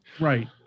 Right